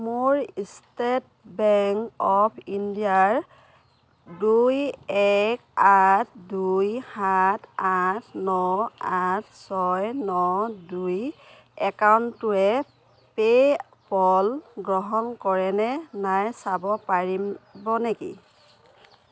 মোৰ state bank of ইণ্ডিয়াৰ দুই এক আঠ দুই সাত আঠ ন আঠ ছয় ন দুই একাউণ্টটোৱে পে' পল গ্ৰহণ কৰে নে নাই চাব পাৰিব নেকি